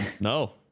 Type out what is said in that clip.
No